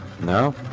no